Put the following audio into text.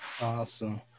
Awesome